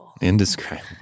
indescribable